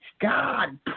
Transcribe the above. God